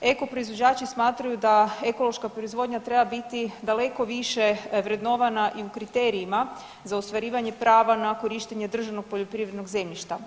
Eko proizvođači smatraju da ekološka proizvodnja treba biti daleko više vrednovana i u kriterijima za ostvarivanje prava na korištenje državnog poljoprivrednog zemljišta.